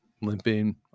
limping